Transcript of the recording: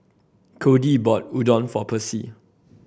Codie bought Udon for Percy